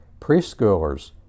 preschoolers